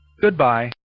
goodbye